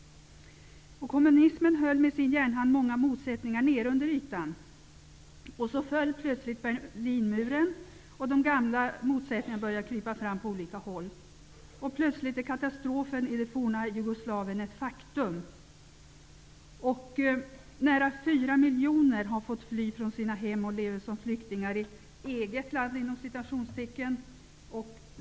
Kommunismen höll med sin järnhand många motsättningar under ytan. Plötsligt föll Berlinmuren, och de gamla motsättningarna började krypa fram på olika håll. Plötsligt är katastrofen i det forna Jugoslavien ett faktum. Nära 4 miljoner människor har fått fly från sina hem och lever som flyktingar i ''eget'' land.